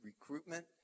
recruitment